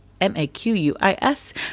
M-A-Q-U-I-S